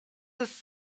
his